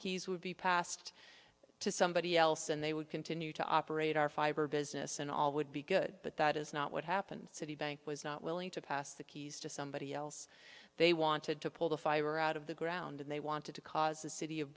keys would be passed to somebody else and they would continue to operate our fiber business and all would be good but that is not what happened citibank was not willing to pass the keys to somebody else they wanted to pull the fire out of the ground and they wanted to cause the city of